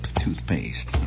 toothpaste